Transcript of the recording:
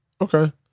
okay